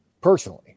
personally